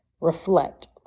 reflect